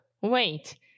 Wait